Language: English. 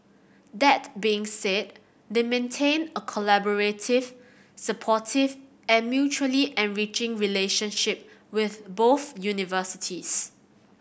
that being said they maintain a collaborative supportive and mutually enriching relationship with both universities